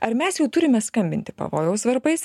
ar mes jau turime skambinti pavojaus varpais